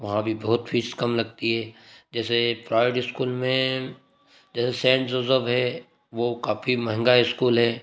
वहाँ भी बहुत फीस कम लगती है जैसे प्राइवेट इस्कूल में जैसे सेंट जोसेफ है वो काफ़ी महंगा इस्कूल है